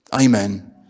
Amen